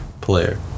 player